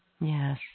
Yes